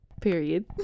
Period